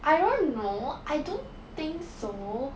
I don't know I don't think so